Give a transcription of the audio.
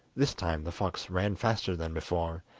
this time the fox ran faster than before,